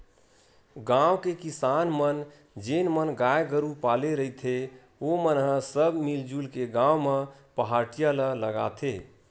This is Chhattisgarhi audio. गाँव के किसान मन जेन मन गाय गरु पाले रहिथे ओमन ह सब मिलजुल के गाँव म पहाटिया ल लगाथे